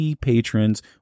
patrons